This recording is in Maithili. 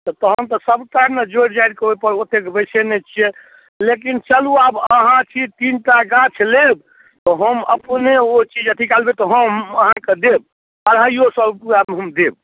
तऽ तहन तऽ सभटा ने जोड़ि जाड़िकऽ ओहिपर ओतेक बैसेने छियै लेकिन चलू आब अहाँ छी तीनटा गाछ लेब तऽ हम अपने ओ चीज अथी कए लबै तऽ हम अहाँके देब अढ़ाइयो सए रुपैआमे हम देब